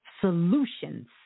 solutions